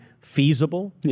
feasible